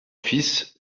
fils